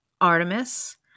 Artemis